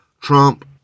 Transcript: Trump